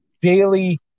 daily